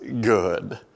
good